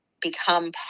become